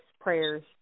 prayers